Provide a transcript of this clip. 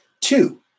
Two